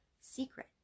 Secret